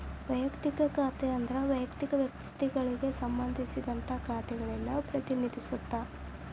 ವಯಕ್ತಿಕ ಖಾತೆ ಅಂದ್ರ ವಯಕ್ತಿಕ ವ್ಯಕ್ತಿಗಳಿಗೆ ಸಂಬಂಧಿಸಿದ ಖಾತೆಗಳನ್ನ ಪ್ರತಿನಿಧಿಸುತ್ತ